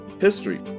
history